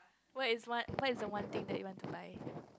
what is one what is the one thing that you want to buy